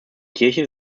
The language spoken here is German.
kirche